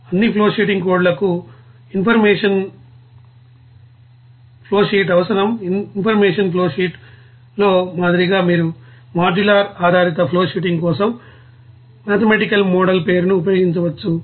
అన్ని ఫ్లోషీటింగ్ కోడ్లకు information flowsheet అవసరం ఇన్ఫర్మేషన్ ఫ్లోషీట్లో మాదిరిగా మీరు మాడ్యులర్ ఆధారిత ఫ్లోషీటింగ్ కోసం మాథెమటికల్ మోడల్ పేరును ఉపయోగించవచ్చు